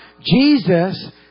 Jesus